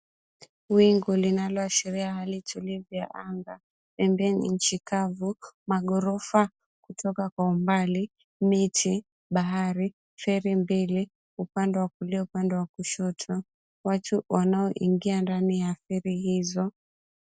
Wingu linaloashiria hali tulivu ya anga, pembeni nchi kavu, maghorofa kutoka kwa umbali, miti, bahari, feri mbili upande wa kulia upande wa kushoto, watu wanaoingia ndani ya feri hizo.